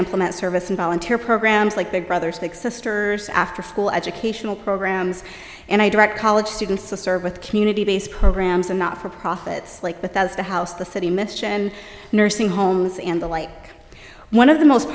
implement service and volunteer programs like big brothers big sisters afterschool educational programs and i direct college students to serve with community based programs and not for profits like bethesda house the city mischief and nursing homes and the like one of the most